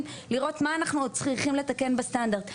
לראות מה אנחנו עוד צריכים לתקן בסטנדרט?